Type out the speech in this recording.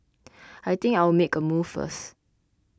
I think I'll make a move first